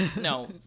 No